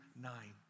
nine